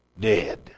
dead